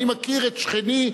אני מכיר את שכני,